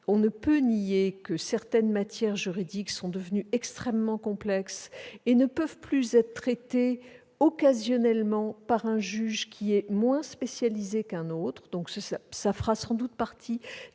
On ne peut nier que certaines matières juridiques sont devenues extrêmement complexes et ne peuvent plus être traitées occasionnellement par un juge moins spécialisé qu'un autre. C'est sans doute aussi